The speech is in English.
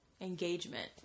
engagement